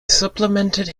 supplemented